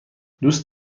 دوست